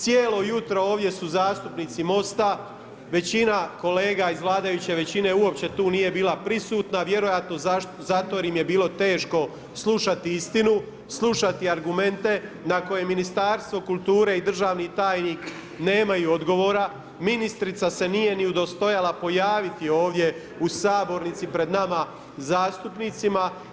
Cijelo jutro ovdje su zastupnici MOST-a, većina kolega iz vladajuće većine uopće tu nije bila prisutna, vjerojatno zato jer im je bilo teško slušati istinu, slušati argumente na koje Ministarstvo kulture i državni tajnik nemaju odgovora, ministrica se nije ni udostojala pojaviti ovdje u sabornici pred nama zastupnici.